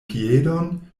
piedon